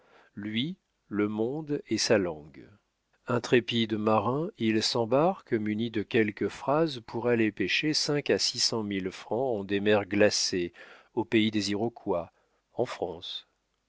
lui le monde et sa langue intrépide marin il s'embarque muni de quelques phrases pour aller prêcher cinq à six cent mille francs en des mers glacées au pays des iroquois en france